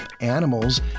animals